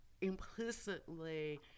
implicitly